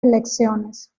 elecciones